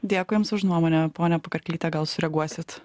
dėkui jums už nuomonę pone pakarklyte gal sureaguosit